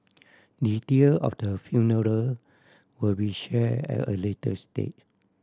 detail of the funeral will be share at a later stage